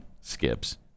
skips